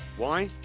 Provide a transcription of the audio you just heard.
why?